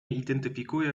identyfikuje